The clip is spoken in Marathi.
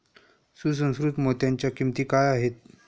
सुसंस्कृत मोत्यांच्या किंमती काय आहेत